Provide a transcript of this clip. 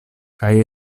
kaj